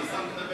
אני לא שומע,